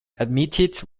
admitted